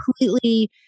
completely